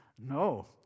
No